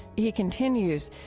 he continues,